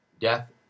death